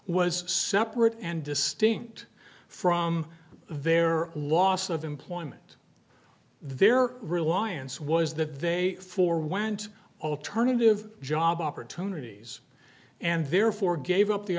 was separate and distinct from their loss of employment their reliance was that they forewent alternative job opportunities and therefore gave up the